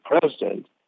president